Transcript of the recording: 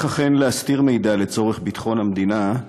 אכן להסתיר מידע לצורך ביטחון המדינה,